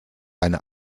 eine